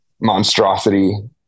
monstrosity